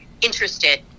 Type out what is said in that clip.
interested